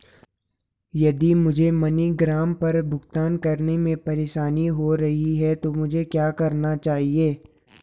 यदि मुझे मनीग्राम पर भुगतान करने में परेशानी हो रही है तो मुझे क्या करना चाहिए?